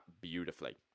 beautifully